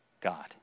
God